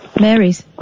Mary's